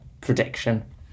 prediction